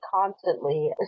constantly